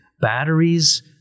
batteries